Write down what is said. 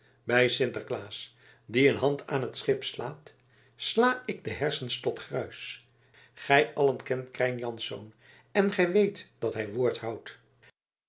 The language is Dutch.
bij sinter klaas die een hand aan t schip slaat sla ik de hersens tot gruis gij allen kent krijn jansz en gij weet dat hij woord houdt